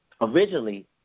Originally